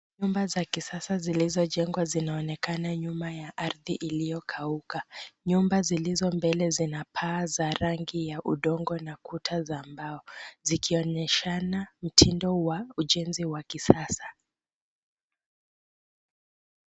Nyumba za kisasa zilizojengwa zinaonekana nyuma ya ardhi iliyokauka. Nyumba zilizo mbele zina paa za rangi ya udongo na kuta za mbao, zikionyeshana mtindo wa ujenzi wa kisasa.